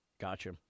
Gotcha